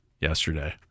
yesterday